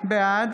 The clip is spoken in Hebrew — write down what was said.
בעד